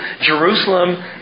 Jerusalem